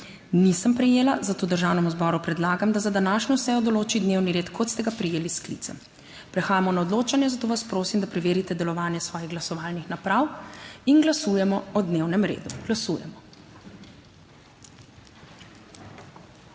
nisem prejela, zato Državnemu zboru predlagam, da za današnjo sejo določi dnevni red, kot ste ga prejeli s sklicem. Prehajamo na odločanje, zato vas prosim, da preverite delovanje svojih glasovalnih naprav. Glasujemo o dnevnem redu. /